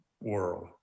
world